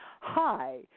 hi